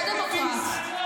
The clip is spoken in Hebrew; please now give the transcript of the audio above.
לא, אתה דמוקרט.